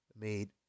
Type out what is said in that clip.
made